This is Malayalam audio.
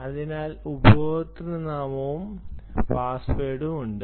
അതിനാൽ ഉപയോക്തൃനാമവും പാസ്വേഡും ഉണ്ട്